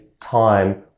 time